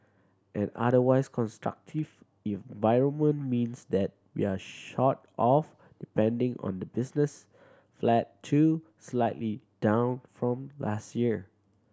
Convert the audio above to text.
an otherwise constructive environment means that we're sort of depending on the business flat to slightly down from last year